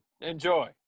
Enjoy